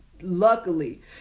Luckily